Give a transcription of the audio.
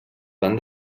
van